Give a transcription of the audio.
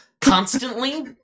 constantly